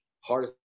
hardest